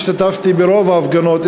השתתפתי ברוב ההפגנות,